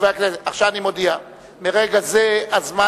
חברי הכנסת, עכשיו אני מודיע: מרגע זה הזמן